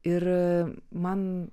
ir man